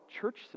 church